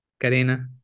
Karina